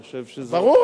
אני חושב שזו,